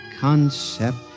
concept